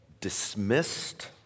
dismissed